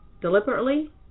deliberately